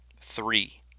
Three